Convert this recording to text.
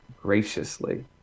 graciously